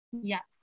Yes